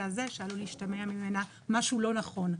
הזה שעלול להשתמע ממנה משהו לא נכון.